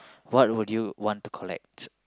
what will you want to collect